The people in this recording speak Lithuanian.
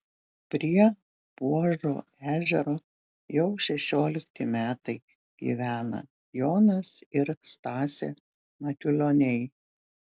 prie puožo ežero jau šešiolikti metai gyvena jonas ir stasė matulioniai